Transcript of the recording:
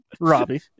Robbie